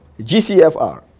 GCFR